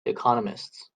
economists